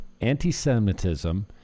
anti-Semitism